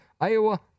Iowa